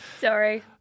Sorry